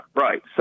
right